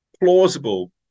plausible